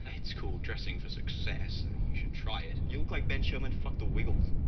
it's called dressing for success so you should try it. you like ben sherman fucked the wiggles.